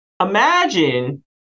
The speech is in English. Imagine